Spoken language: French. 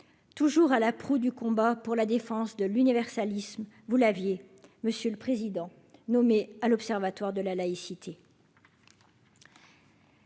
toujours à la proue du combat pour la défense de l'universalisme, vous l'aviez monsieur le président, nommé à l'Observatoire de la laïcité.